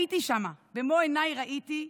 הייתי שם, במו עיניי ראיתי,